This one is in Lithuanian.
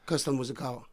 kas ten muzikavo